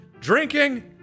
Drinking